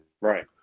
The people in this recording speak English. right